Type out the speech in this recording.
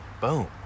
Boom